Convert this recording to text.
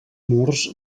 murs